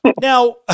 Now